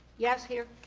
yes. here.